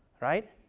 Right